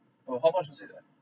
no how much was it ah